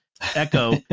Echo